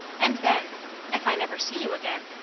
and then if i never see you again,